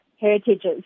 heritages